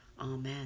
Amen